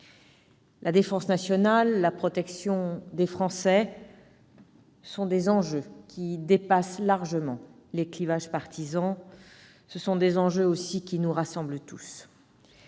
La défense nationale, la protection des Français sont autant d'enjeux qui dépassent largement les clivages partisans ; autant d'enjeux, aussi, qui nous rassemblent tous.